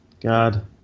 God